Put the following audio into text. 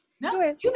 no